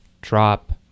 drop